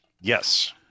yes